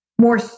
more